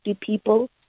people